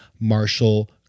Marshall